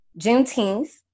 Juneteenth